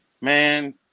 man